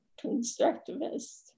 constructivist